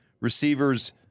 receivers